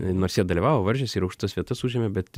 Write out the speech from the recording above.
nors jie dalyvavo varžėsi ir aukštas vietas užėmė bet